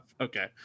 Okay